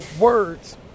words